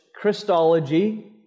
Christology